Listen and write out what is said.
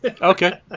Okay